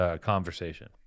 conversation